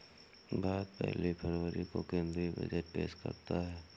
भारत पहली फरवरी को केंद्रीय बजट पेश करता है